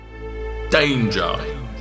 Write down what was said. Danger